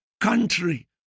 country